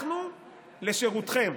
אנחנו לשירותכם.